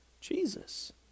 Jesus